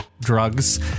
drugs